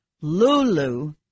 Lulu